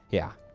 yeah.